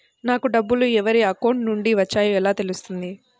నాకు డబ్బులు ఎవరి అకౌంట్ నుండి వచ్చాయో ఎలా తెలుస్తుంది?